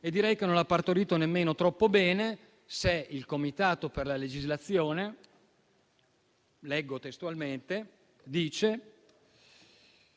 E direi che non l'ha partorito nemmeno troppo bene, se il Comitato per la legislazione - leggo testualmente - dice